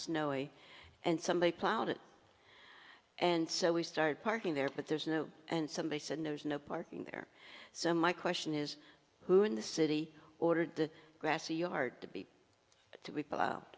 snowy and somebody plowed it and so we started parking there but there's no and somebody said there's no parking there so my question is who in the city ordered the grassy yard to be to be put out